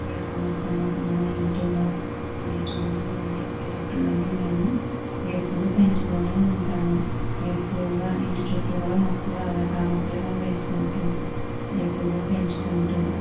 తులసి మొక్కను మా ఇంట్లో మా ఇంటి ముందుండే పెరట్లోనే మేము ఎప్పుడు పెంచుతూనే ఉంటాం ఎక్కువగా ఇంటి చుట్టూ కూడా మొక్కలు అలా ఆ మొక్కలనే వేసుకుంటూ ఎక్కువగా పెంచుకుంటూ